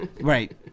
Right